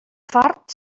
fart